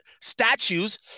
statues